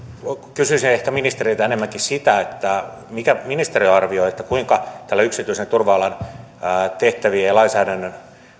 kysyisin ehkä ministeriltä enemmänkin sitä mitä ministeri arvioi kuinka tällä yksityisen turva alan tehtävien ja lainsäädännön